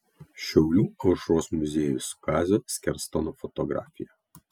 šiaulių aušros muziejus kazio skerstono fotografija